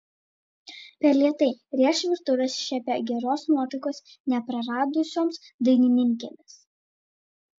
per lėtai rėš virtuvės šefė geros nuotaikos nepraradusioms dainininkėms